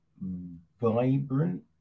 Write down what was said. vibrant